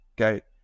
Okay